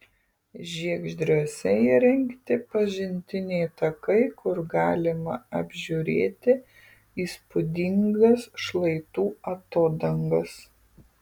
žiegždriuose įrengti pažintiniai takai kur galima apžiūrėti įspūdingas šlaitų atodangas